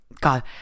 God